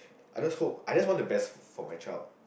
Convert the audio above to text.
I just hope I just want the best for my child